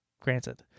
Granted